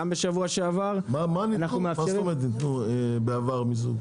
בשבוע שעבר -- מה זאת אומרת ניתנו בעבר מיזוג?